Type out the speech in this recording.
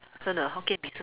真的 Hokkien Mee 是